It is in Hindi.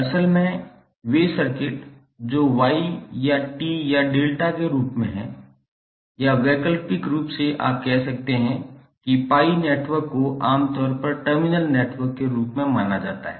असल में वे सर्किट जो Y या T या डेल्टा के रूप में हैं या वैकल्पिक रूप से आप कह सकते हैं कि पीआई नेटवर्क को आमतौर पर टर्मिनल नेटवर्क के रूप में माना जाता है